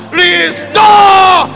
restore